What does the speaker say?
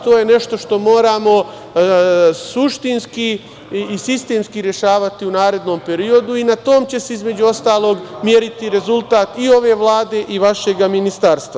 To je nešto što moramo suštinski i sistemski rešavati u narednom periodu i na tom će se između ostalog meriti rezultat i ove Vlade i vašeg Ministarstva.